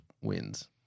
wins